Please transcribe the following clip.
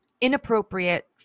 inappropriate